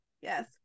yes